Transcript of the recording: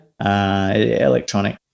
electronic